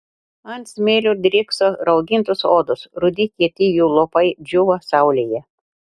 ant smėlio drykso raugintos odos rudi kieti jų lopai džiūva saulėje